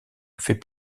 fait